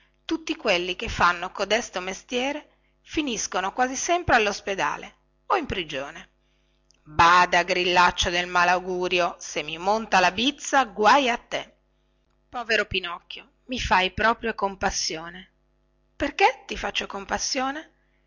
tutti quelli che fanno codesto mestiere finiscono sempre allo spedale o in prigione bada grillaccio del malaugurio se mi monta la bizza guai a te overo inocchio i fai proprio compassione perché ti faccio compassione